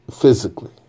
Physically